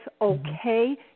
okay